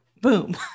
Boom